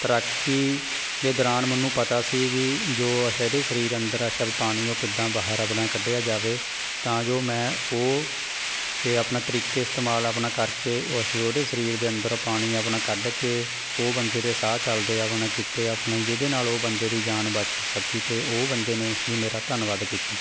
ਤੈਰਾਕੀ ਦੇ ਦੌਰਾਨ ਮੈਨੂੰ ਪਤਾ ਸੀ ਵੀ ਜੋ ਅੱਛਾ ਇਹਦੇ ਸਰੀਰ ਅੰਦਰ ਅੱਛਾ ਵੀ ਪਾਣੀ ਉਹ ਕਿੱਦਾਂ ਬਾਹਰ ਆਪਣਾ ਕੱਢਿਆ ਜਾਵੇ ਤਾਂ ਜੋ ਮੈਂ ਉਹ ਇਹ ਆਪਣਾ ਤਰੀਕੇ ਇਸਤੇਮਾਲ ਆਪਣਾ ਕਰਕੇ ਉਸ ਵੀ ਉਹਦੇ ਸਰੀਰ ਦੇ ਅੰਦਰ ਪਾਣੀ ਆਪਣਾ ਕੱਢ ਕੇ ਉਹ ਬੰਦੇ ਦੇ ਸਾਹ ਚੱਲਦੇ ਆਪਣਾ ਕੀਤੇ ਆਪਣੇ ਜਿਹਦੇ ਨਾਲ ਉਹ ਬੰਦੇ ਦੀ ਜਾਨ ਬਚ ਸਕੀ ਅਤੇ ਉਹ ਬੰਦੇ ਨੇ ਹੀ ਮੇਰਾ ਧੰਨਵਾਦ ਕੀਤਾ